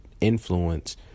influence